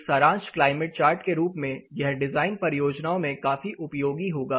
एक सारांश climate chart के रूप में यह डिजाइन परियोजनाओं में काफी उपयोगी होगा